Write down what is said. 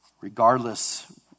regardless